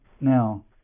Now